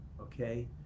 okay